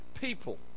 people